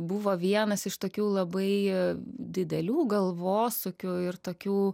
buvo vienas iš tokių labai didelių galvosūkių ir tokių